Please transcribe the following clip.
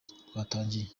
twatangiye